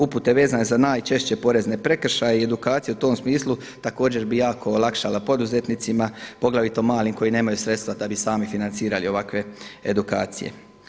Upute vezane za najčešće porezne prekršaje i edukaciju u tom smislu također bi jako olakšala poduzetnicima poglavito malim koji nemaju sredstva da bi sami financirali ovakve edukacije.